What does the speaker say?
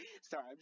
sorry